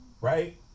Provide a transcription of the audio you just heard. right